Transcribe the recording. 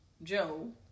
Joe